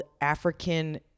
african